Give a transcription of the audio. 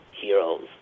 heroes